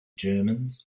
germans